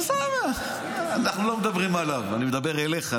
עזוב, אנחנו לא מדברים עליו, אני מדבר אליך.